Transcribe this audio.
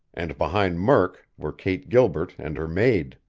and behind murk were kate gilbert and her maid.